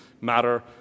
matter